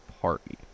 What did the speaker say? party